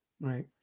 Right